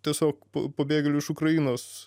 tiesiog pabėgėlių iš ukrainos